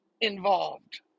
involved